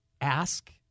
ask